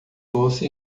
doce